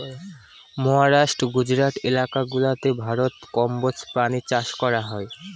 মহারাষ্ট্র, গুজরাট এলাকা গুলাতে ভারতে কম্বোজ প্রাণী চাষ করা হয়